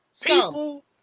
People